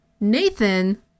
Nathan